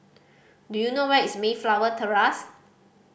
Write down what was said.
do you know where is Mayflower Terrace